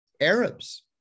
Arabs